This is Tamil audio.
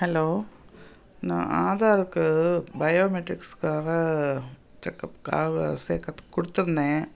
ஹலோ நான் ஆதாருக்கு பயோமெட்ரிக்ஸ்க்காக செக்கப்காக சேர்க்குறதுக்கு கொடுத்துருந்தேன்